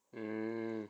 mm